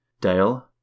Dale